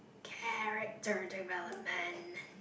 character development